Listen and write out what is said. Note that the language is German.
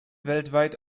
weltweit